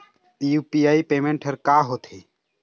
UPI payment हर का होते?